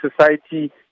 society